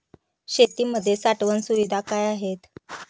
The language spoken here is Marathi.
शेतीमध्ये साठवण सुविधा काय आहेत?